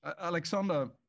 Alexander